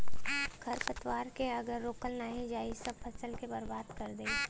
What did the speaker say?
खरपतवार के अगर रोकल नाही जाई सब फसल के बर्बाद कर देई